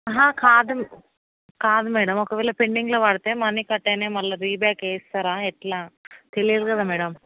కాదు కాదు మ్యాడమ్ ఒకవేళ పెండింగ్లో పడితే మనీ కట్ అయినాయి మళ్ళా రీబ్యాక్ వేస్తారా ఎట్లా తెలియదు కదా మ్యాడమ్